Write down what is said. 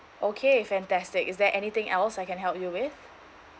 okay fantastic is there anything else I can help you with